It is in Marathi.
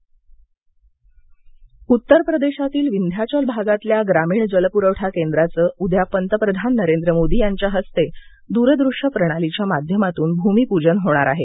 पंतप्रधान उत्तर प्रदेश प्रकल्प उत्तर प्रदेशातील विंध्याचल भागातल्या ग्रामीण जलपुरवठा केंद्राचं उद्या पंतप्रधान नरेंद्र मोदी यांच्या हस्ते दूर दृश्य प्रणालीच्या माध्यमातून भूमिपूजन होणार आहे